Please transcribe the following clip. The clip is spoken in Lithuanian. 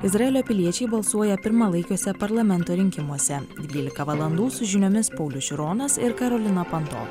izraelio piliečiai balsuoja pirmalaikiuose parlamento rinkimuose dvylika valandų su žiniomis paulius šironas ir karolina panto